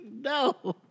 No